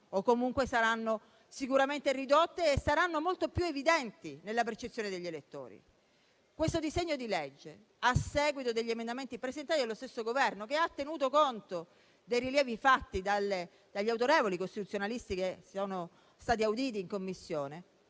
o comunque saranno sicuramente ridotte e saranno molto più evidenti nella percezione degli elettori. Questo disegno di legge, a seguito degli emendamenti presentati dallo stesso Governo, che ha tenuto conto dei rilievi fatti dagli autorevoli costituzionalisti che sono stati auditi in Commissione,